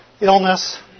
illness